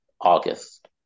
August